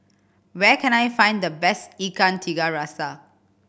where can I find the best Ikan Tiga Rasa